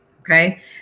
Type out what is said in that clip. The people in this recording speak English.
okay